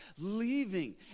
leaving